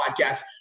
podcast